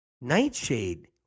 Nightshade